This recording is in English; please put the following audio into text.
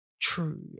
true